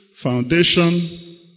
foundation